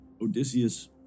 Odysseus